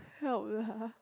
help lah